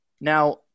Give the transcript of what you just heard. Now